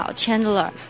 Chandler